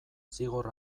zigor